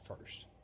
first